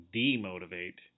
demotivate